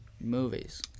Movies